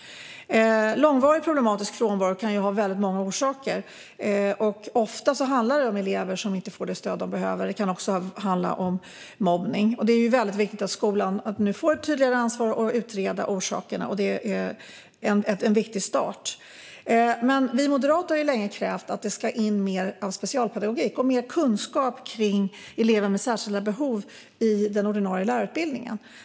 Långvarig problematisk frånvaro kan ha många orsaker. Ofta handlar det om elever som inte får det stöd de behöver, och det kan även handla om mobbning. Det är väldigt viktigt att skolan nu får ett tydligare ansvar att utreda orsakerna. Det är en viktig start. Vi moderater har dock länge krävt att det ska in mer specialpedagogik och mer kunskap om elever med särskilda behov i den ordinarie lärarutbildningen.